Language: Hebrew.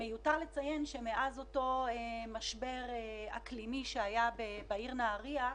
מיותר לציין שמאז אותו משבר אקלימי שהיה בעיר נהריה,